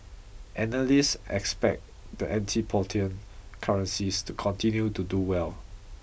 analysts expect the antipodean currencies to continue to do well